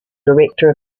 director